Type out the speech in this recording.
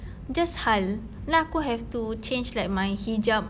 just hal then aku have to change like my hijab